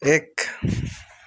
এক